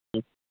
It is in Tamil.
ம்